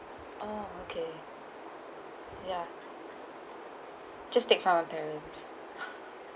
oh okay ya just take from your parents